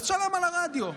אז תשלם על הרדיו.